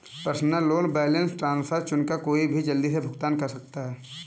personal loan balance transfer चुनकर कोई भी जल्दी से भुगतान कर सकता है